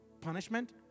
Punishment